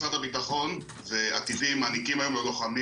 משרד הבטחון מעניקים היום ללוחמים